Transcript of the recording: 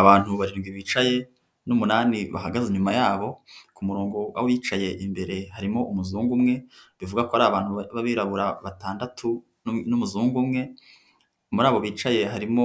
Abantu barindwi bicaye n'umunani bahagaze inyuma yabo ku murongo w'abicaye imbere harimo umuzungu umwe bivugwa ko hari b'abirabura batandatu n'umuzungu umwe muri abo bicaye harimo